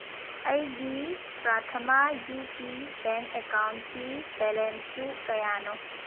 ꯑꯩꯒꯤ Prathama U P bank ꯑꯦꯀꯥꯎꯟꯀꯤ ꯕꯦꯂꯦꯟꯁꯇꯨ ꯀꯌꯥꯅꯣ